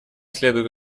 следует